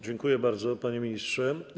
Dziękuję bardzo, panie ministrze.